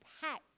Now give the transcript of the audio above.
packed